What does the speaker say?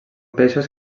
peixos